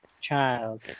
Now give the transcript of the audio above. Child